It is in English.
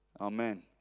Amen